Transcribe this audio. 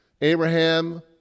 Abraham